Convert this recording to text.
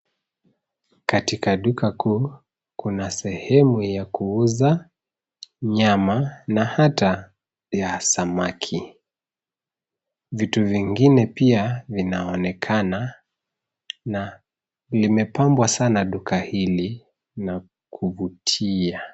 Katika duka kuu, kuna sehemu ya kuuza nyama, na hata ya samaki. Vitu vingine pia vinaonekana, na limepambwa sana duka hili na kuvutia.